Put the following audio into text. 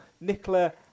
Nicola